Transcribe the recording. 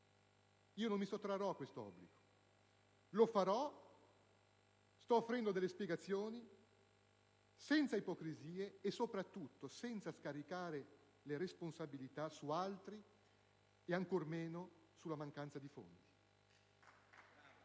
non mi sottrarrò a tale obbligo. Lo farò: sto offrendo delle spiegazioni, senza ipocrisie, e soprattutto senza scaricare le responsabilità su altri e, ancor meno, sulla mancanza di fondi.